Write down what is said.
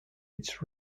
its